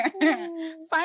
find